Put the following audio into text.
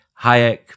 Hayek